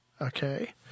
Okay